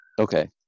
Okay